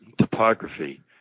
topography